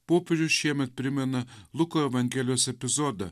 popiežius šiemet primena luko evangelijos epizodą